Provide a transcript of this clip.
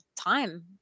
time